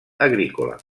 agrícola